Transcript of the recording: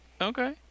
Okay